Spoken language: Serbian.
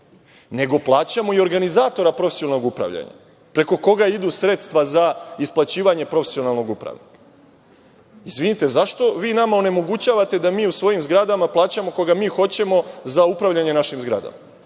nego plaćamo i organizatora profesionalnog upravljanja, preko koga idu sredstva za isplaćivanje profesionalnog upravnika. Izvinite, zašto vi nama onemogućavate da mi u svojim zgradama plaćamo koga mi hoćemo za upravljanje našim zgradama?